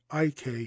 Ik